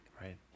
Right